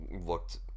looked